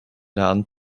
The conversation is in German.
laden